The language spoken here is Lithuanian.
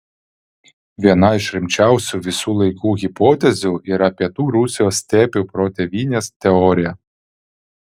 viena iš rimčiausių visų laikų hipotezių yra pietų rusijos stepių protėvynės teorija